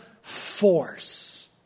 force